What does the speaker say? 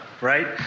right